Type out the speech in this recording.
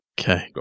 Okay